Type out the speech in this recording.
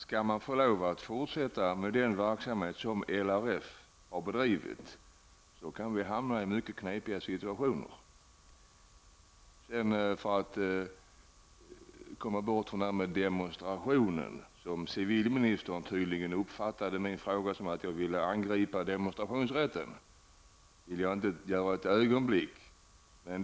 Skall man få lov att fortsätta med den verksamhet som LRF har bedrivit kan vi hamna i mycket knepiga situationer. Civilministern uppfattade tydligen min fråga som att jag ville angripa demonstrationsrätten. Men det vill jag inte för ett ögonblick göra.